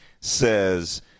says